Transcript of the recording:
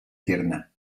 tierna